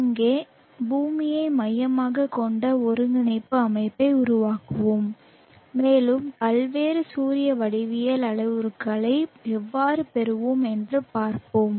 இங்கே பூமியை மையமாகக் கொண்ட ஒருங்கிணைப்பு அமைப்பை உருவாக்குவோம் மேலும் பல்வேறு சூரிய வடிவியல் அளவுருக்களை எவ்வாறு பெறுவோம் என்று பார்ப்போம்